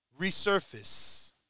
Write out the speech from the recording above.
resurface